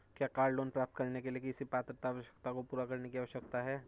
क्या car loan प्राप्त करने के लिए किसी पात्रता आवश्यकता को पूरा करने की आवश्यकता है?